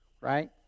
right